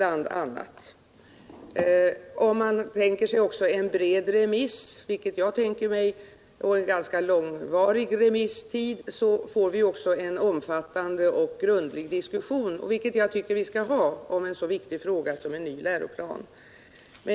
Om man också tänker sig ett brett remissförfarande — vilket jag tänker mig — och en lång remisstid, får vi en omfattande och grundlig diskussion, vilket jag tycker vi behöver om en så viktig fråga som en ny läroplan är.